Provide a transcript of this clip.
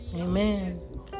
Amen